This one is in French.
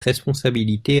responsabilité